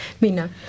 Mina